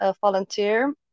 Volunteer